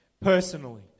personally